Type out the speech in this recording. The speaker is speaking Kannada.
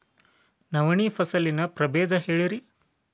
ನವಣಿ ಫಸಲಿನ ಪ್ರಭೇದ ಹೇಳಿರಿ